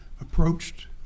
approached